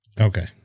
Okay